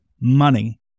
money